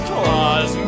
Claus